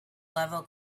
level